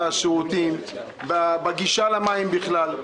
ובשירותים, בגישה למים בכלל.